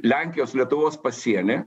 lenkijos lietuvos pasieny